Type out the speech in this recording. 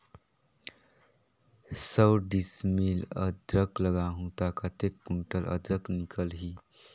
सौ डिसमिल अदरक लगाहूं ता कतेक कुंटल अदरक निकल ही?